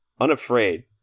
unafraid